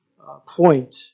point